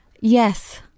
Yes